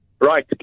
Right